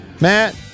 Matt